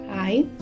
Hi